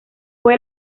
fue